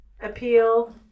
appeal